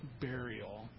burial